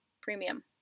Premium